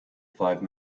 five